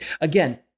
Again